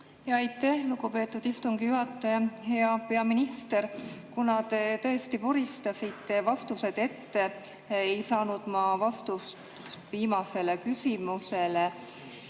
Aitäh, lugupeetud istungi juhataja! Hea peaminister! Kuna te tõesti vuristasite vastused ette, ei saanud ma vastust viimasele küsimusele,